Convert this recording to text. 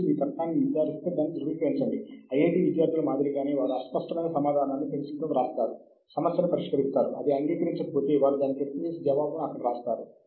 దీని అర్థం ఏమిటంటే చాలా మంది ప్రజలు బహుశా వందల మంది సూచించిన వ్యాసం ఒకటి ఉంది అప్పుడు మీరు దానిని క్లాసిక్ అని పిలుస్తారు